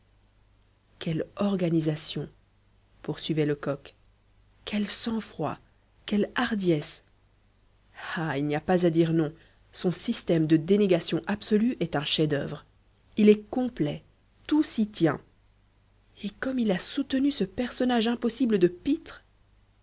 quelle organisation poursuivait lecoq quel sang-froid quelle hardiesse ah il n'y a pas à dire non son système de dénégation absolue est un chef-d'œuvre il est complet tout s'y tient et comme il a soutenu ce personnage impossible de pitre